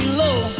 low